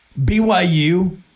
BYU